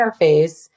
interface